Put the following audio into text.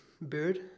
bird